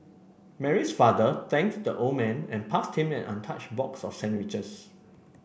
Mary's father thanks the old man and passed him an an touch box of sandwiches